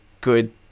good